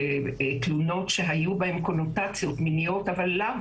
תלונות שהיו בהן קונוטציות מיניות, אבל לאו